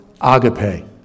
agape